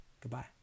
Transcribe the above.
Goodbye